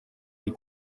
ari